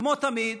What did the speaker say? כמו תמיד,